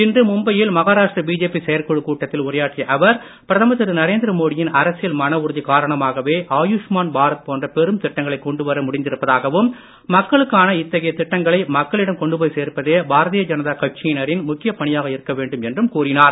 இன்று மும்பையில் மகாராஷ்டிர பிஜேபி செயற்குழு கூட்டத்தில் உரையாற்றிய அவர் பிரதமர் திரு நரேந்திர மோடியின் அரசியல் மன உறுதி காரணமாகவே ஆயுஷ்மான் பாரத் போன்ற பெரும் திட்டங்களை கொண்டுவர முடிந்திருப்பதாகவும் மக்களுக்கான இத்தகைய திட்டங்களை மக்களிடம் கொண்டு போய் சேர்ப்பதே பாரதிய ஜனதா கட்சியினரின் முக்கியப் பணியாக இருக்க வேண்டும் என்றும் கூறினார்